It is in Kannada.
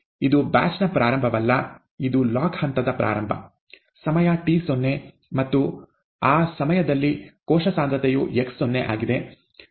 ಇದು ಬ್ಯಾಚ್ ನ ಪ್ರಾರಂಭವಲ್ಲ ಇದು ಲಾಗ್ ಹಂತದ ಪ್ರಾರಂಭ ಸಮಯ t0 ಮತ್ತು ಆ ಸಮಯದಲ್ಲಿ ಕೋಶ ಸಾಂದ್ರತೆಯು x0 ಆಗಿದೆ